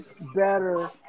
better